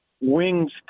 wings